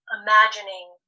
imagining